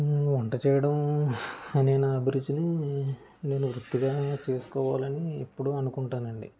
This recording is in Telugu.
వంట చేయడం అనే నా అభిరుచిని నేను వృత్తిగా చేసుకోవాలని ఎప్పుడూ అనుకుంటానండి